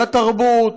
לתרבות,